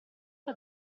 che